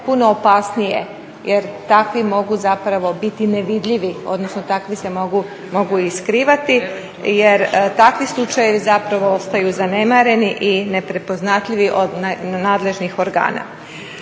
puno opasnije jer takvi mogu zapravo biti nevidljivi, odnosno takvi se mogu i skrivati jer takvi slučajevi zapravo ostaju zanemareni i neprepoznatljivi od nadležnih organa.